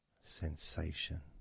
sensation